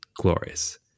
Glorious